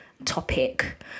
Topic